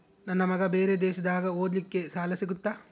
ನನ್ನ ಮಗ ಬೇರೆ ದೇಶದಾಗ ಓದಲಿಕ್ಕೆ ಸಾಲ ಸಿಗುತ್ತಾ?